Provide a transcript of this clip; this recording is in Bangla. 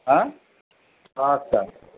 অ্যাঁ আচ্ছা